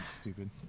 stupid